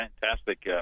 fantastic